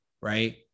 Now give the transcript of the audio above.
right